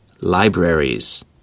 libraries